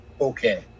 okay